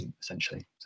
essentially